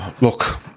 Look